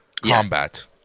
combat